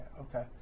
okay